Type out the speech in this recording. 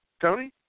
Tony